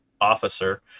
officer